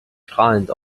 strahlend